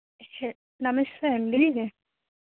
నమస్తే అండి